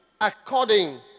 according